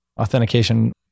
authentication